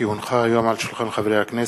כי הונחו היום על שולחן הכנסת,